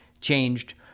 changed